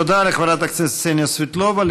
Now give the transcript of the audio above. תודה לחברת הכנסת קסניה סבטלובה.